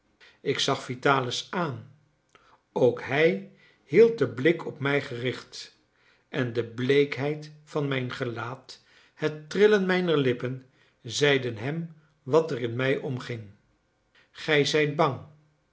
ik zag vitalis aan ook hij hield den blik op mij gericht en de bleekheid van mijn gelaat het trillen mijner lippen zeiden hem wat er in mij omging gij zijt bang